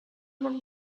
were